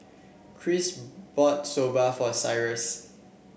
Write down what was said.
Christ bought Soba for Cyrus